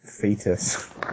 fetus